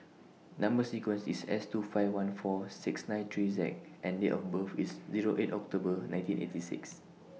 Number sequence IS S two five one four six nine three Z and Date of birth IS Zero eight October nineteen eighty six